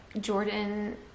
Jordan